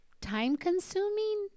time-consuming